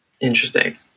Interesting